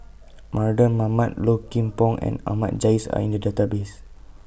Mardan Mamat Low Kim Pong and Ahmad Jais Are in The Database